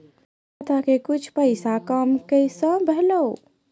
खाता के कुछ पैसा काम कैसा भेलौ?